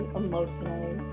emotionally